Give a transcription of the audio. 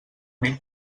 mil